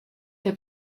der